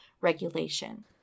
regulation